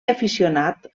aficionat